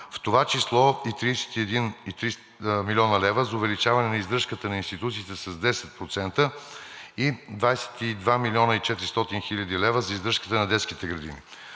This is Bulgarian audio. в това число и 31 300 млн. лв. за увеличаване на издръжката на институциите с 10% и 22 400 млн. лв. за издръжката на детските градини.